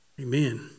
Amen